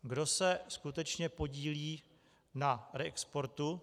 Kdo se skutečně podílí na reexportu.